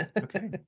Okay